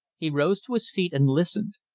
he rose to his feet and listened.